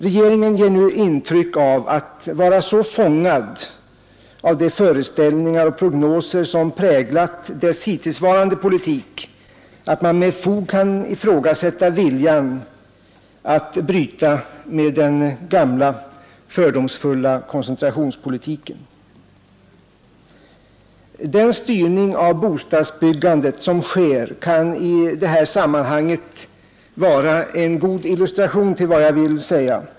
Regeringen ger nu intryck av att vara så fångad av de föreställningar och prognoser som präglat dess hittillsvarande politik att man med fog kan ifrågasätta viljan att bryta med den gamla fördomsfulla koncentrationspolitiken. Den styrning av bostadsbyggandet som sker kan i det här sammanhanget vara en god illustration till vad jag vill säga.